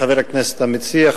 חבר הכנסת המציע,